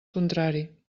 contrari